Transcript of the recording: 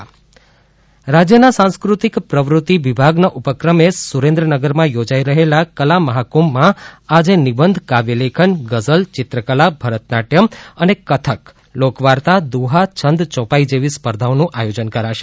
કલામહાકુંભ સુરેન્દ્રનગર રાજ્યના સાંસ્કૃતિક પ્રવૃતિ વિભાગના ઉપક્રમે સુરેન્દ્રનગરમાં યોજાઇ રહેલા કલામહાકુંભમાં આજે નિબંધ કાવ્યલેખન ગઝલ ચિત્રકલા ભરતનાટ્યમ અને કથક લોકવાર્તા દુહા છંદ ચોપાઇ જેવી સ્પર્ધાઓનું આયોજન કરાશે